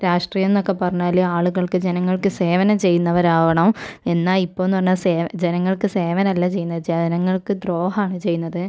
രാഷ്ട്രീയം എന്നൊക്കെ പറഞ്ഞാൽ ആളുകൾക്ക് ജനങ്ങൾക്ക് സേവനം ചെയ്യുന്നവരാകണം എന്നാൽ ഇപ്പോഴെന്ന് പറഞ്ഞാൽ സേ ജനങ്ങൾക്ക് സേവനമല്ല ചെയ്യുന്നത് ജനങ്ങൾക്ക് ദ്രോഹമാണ് ചെയ്യുന്നത്